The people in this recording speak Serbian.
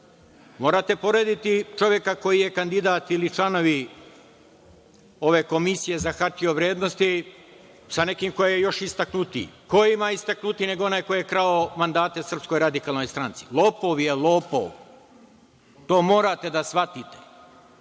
Morate porediti čoveka koji je kandidat ili članovi ove Komisije za hartije od vrednosti sa nekim ko je još istaknutiji. Ko ima istaknutiji nego onaj ko je krao mandate SRS? Lopov je lopov, to morate da shvatite,